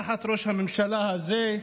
תחת ראש הממשלה הזה,